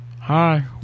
Hi